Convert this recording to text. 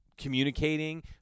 communicating